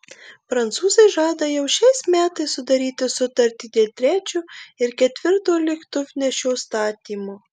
prancūzai žada jau šiais metais sudaryti sutartį dėl trečio ir ketvirto lėktuvnešio statymo